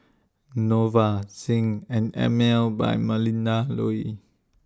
Nova Zinc and Emel By Melinda Looi